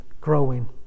growing